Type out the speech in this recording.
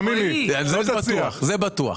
בטוח.